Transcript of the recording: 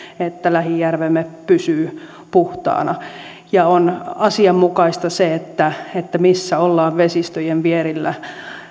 että lähijärvemme pysyy puhtaana on asianmukaista se että missä ollaan vesistöjen vierillä